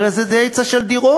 הרי זה היצע של דירות,